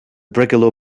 brigalow